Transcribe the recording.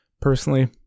Personally